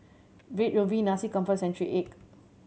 Red Ruby Nasi Campur and century egg